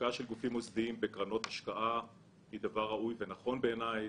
ההשקעה של גופים מוסדיים בקרנות השקעה היא דבר ראוי ונכון בעיני.